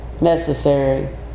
necessary